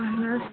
اہَن حظ